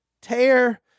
tear